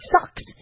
sucks